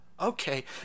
okay